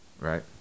right